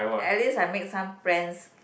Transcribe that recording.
at least I make some friends